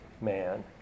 man